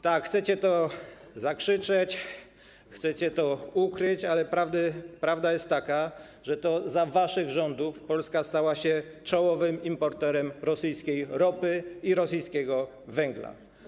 Tak, chcecie to zakrzyczeć, chcecie to ukryć, ale prawda jest taka, że to za waszych rządów Polska stała się czołowym importerem rosyjskiej ropy i rosyjskiego węgla.